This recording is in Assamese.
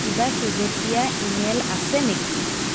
কিবা শেহতীয়া ইমেইল আছে নেকি